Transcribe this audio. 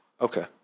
okay